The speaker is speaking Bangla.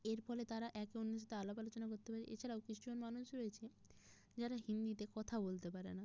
এর ফলে তারা একে অন্যের সাথে আলাপ আলোচনা করতে পারে এছাড়াও কিছুজন মানুষ রয়েছে যারা হিন্দিতে কথা বলতে পারে না